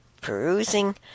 perusing